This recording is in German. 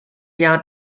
jahr